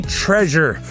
treasure